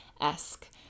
esque